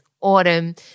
autumn